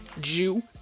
Jew